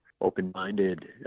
open-minded